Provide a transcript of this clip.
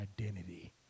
identity